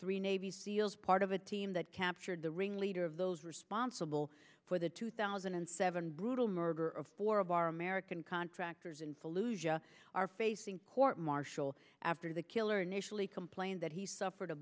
three navy seals part of a team that captured the ringleader of those responsible for the two thousand and seven brutal murder of our of our american contractors in fallujah are facing court martial after the killer initially complained that he suffered a